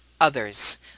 others